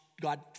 God